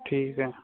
ਠੀਕ ਹੈ